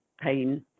pain